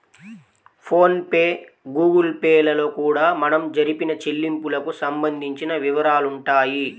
phone pay Google Pay లలో కూడా మనం జరిపిన చెల్లింపులకు సంబంధించిన వివరాలుంటాయి